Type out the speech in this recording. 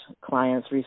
clients